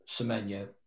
Semenyo